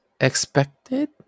expected